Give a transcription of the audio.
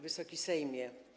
Wysoki Sejmie!